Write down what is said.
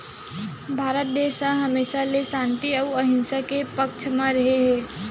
भारत देस ह हमेसा ले सांति अउ अहिंसा के पक्छ म रेहे हे